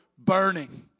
Burning